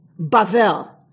Bavel